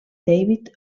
david